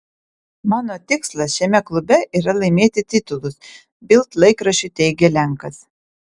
mano tikslas šiame klube yra laimėti titulus bild laikraščiui teigė lenkas